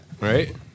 Right